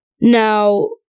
Now